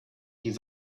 die